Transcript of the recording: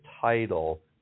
title